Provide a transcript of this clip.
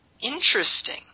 Interesting